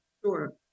Sure